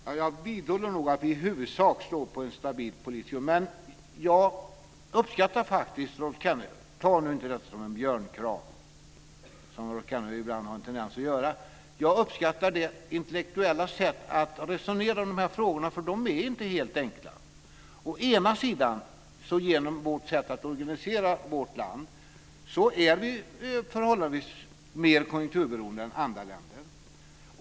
Fru talman! Jag vidhåller nog att vi i huvudsak står på en stabil politisk grund. Men jag uppskattar faktiskt, jag ber Rolf Kenneryd att inte ta detta som en björnkram, vilket han ibland har en tendens att göra, det här intellektuella sättet att resonera omkring de här frågorna. De är inte helt enkla. Å ena sidan är vi genom vårt sätt att organisera vårt land förhållandevis mer konjunkturberoende än andra länder.